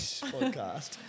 podcast